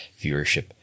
viewership